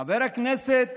חבר הכנסת